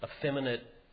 effeminate